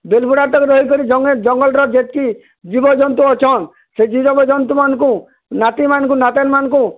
ବେଲବୁଡ଼ା ତକ୍ ରହିକରି ଜଙ୍ଗେ ଜଙ୍ଗଲର ଯେତକି ଜୀବଜନ୍ତୁ ଅଛନ୍ ସେ ଜୀବ ଜନ୍ତୁମାନଙ୍କୁ ନାତିମାନଙ୍କୁ ନାତୀନ୍ମାନଙ୍କୁ